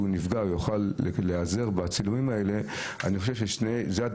נפגע הוא יוכל להיעזר בצילומים האלה.